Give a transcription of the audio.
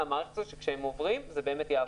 המערכת הזאת שכשהם עוברים הכול באמת יעבור.